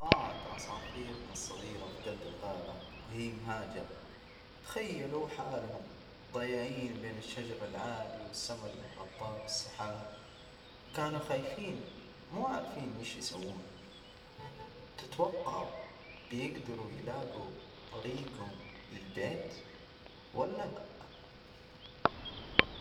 طارت عصافيرنا الصغيرة في جلب الغابة، وهي مهاجرة. تخيلوا حالهم ضايعين بين الشجر العالي والسمى المغطاة بالسحاب. كانوا خايفين مو عارفين شو يسوون. تتوقعوا بيجدروا يلاجوا طريجهم للبيت ولا لأ؟